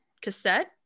cassette